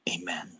amen